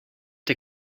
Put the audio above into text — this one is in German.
der